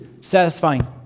satisfying